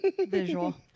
Visual